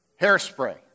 hairspray